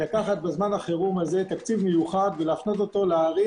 לקחת בזמן החירום הזה תקציב מיוחד ולהפנות אותו לערים